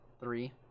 three